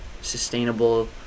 sustainable